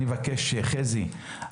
חזי שורצמן,